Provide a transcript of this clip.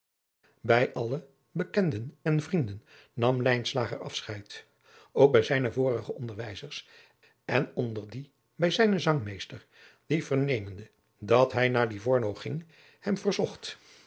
bij alle bekenden en vrienden nam lijnslager afscheid ook bij zijne vorige onderwijzers en onder die bij zijnen zangmeester die vernemende dat hij naar livorno ging hem verzocht